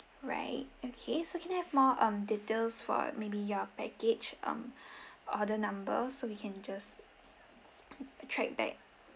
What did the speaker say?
right okay so can I have more um details for maybe your package um order number so we can just track back